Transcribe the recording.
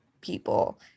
people